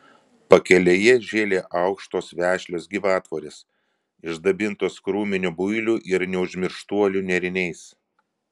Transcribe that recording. pakelėje žėlė aukštos vešlios gyvatvorės išdabintos krūminių builių ir neužmirštuolių nėriniais